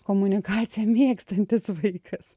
komunikaciją mėgstantis vaikas